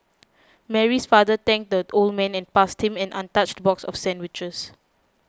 Mary's father thanked the old man and passed him an untouched box of sandwiches